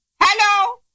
Hello